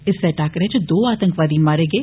इस्सै टाकरें च दौ आतंकवादी मारे गे